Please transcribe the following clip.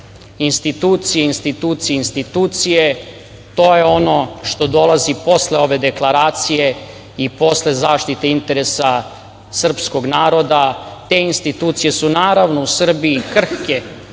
Institucije, institucije, institucije. To je ono što dolazi posle ove deklaracije i posle zaštite interesa srpskog naroda. Te institucije su naravno u Srbiji krhke